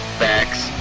facts